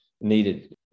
needed